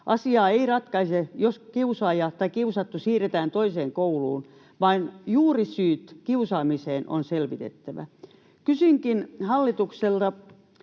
Asiaa ei ratkaise se, että kiusaaja tai kiusattu siirretään toiseen kouluun, vaan juurisyyt kiusaamiseen on selvitettävä. Kysynkin hallitukselta